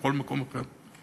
בכל מקום אחר,